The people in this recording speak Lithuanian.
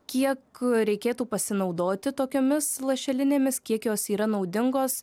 kiek reikėtų pasinaudoti tokiomis lašelinėmis kiek jos yra naudingos